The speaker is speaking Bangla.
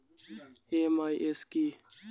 এম.আই.এস কি?